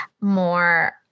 more